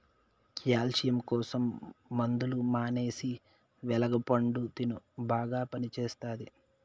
calcium కోసం మందులు మానేసి వెలగ పండు తిను బాగా పనిచేస్తది